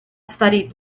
studied